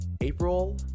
April